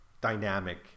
dynamic